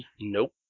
Nope